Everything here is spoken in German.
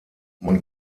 man